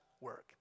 work